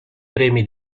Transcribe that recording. premi